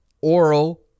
oral